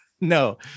no